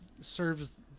serves